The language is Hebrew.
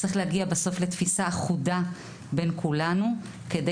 צריך להגיע בסוף לתפיסה אחודה בין כולנו כדי